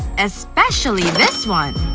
especially this one.